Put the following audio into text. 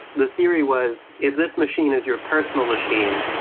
the theory was if this machine is your personal machine,